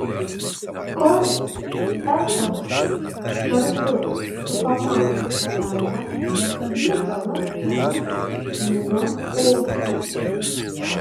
kol eltonas kartu su komandos pagalba lipo nuo scenos minia ošė